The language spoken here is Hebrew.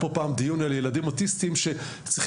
היה פה פעם דיון על ילדים אוטיסטים שצריכים